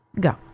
Go